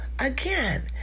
again